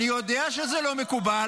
אני יודע שזה לא מקובל.